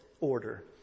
order